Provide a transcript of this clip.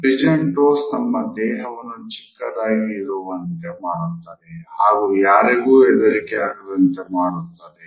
Pigeon toes ನಮ್ಮ ದೇಹವನ್ನು ಚಿಕ್ಕದ್ದಾಗಿ ಇರುವಂತೆ ಮಾಡುತ್ತದೆ ಹಾಗು ಯಾರಿಗೂ ಹೆದರಿಕೆ ಆಗದಂತೆ ಮಾಡುತ್ತದೆ